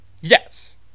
Yes